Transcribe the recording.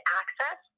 access